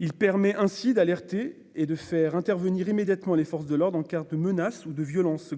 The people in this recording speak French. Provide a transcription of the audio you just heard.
Il permet d'alerter et de faire intervenir immédiatement, grâce à la géolocalisation, les forces de l'ordre en cas de menaces ou de violences.